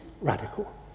radical